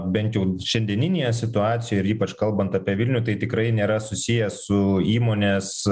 bent jau šiandieninėje situacijoje ypač kalbant apie vilnių tai tikrai nėra susiję su įmonės